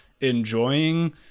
enjoying